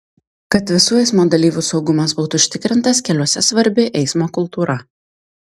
kad visų eismo dalyvių saugumas būtų užtikrintas keliuose svarbi eismo kultūra